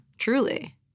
Truly